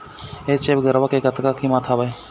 HF गरवा के कतका कीमत हवए?